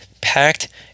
packed